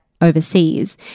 overseas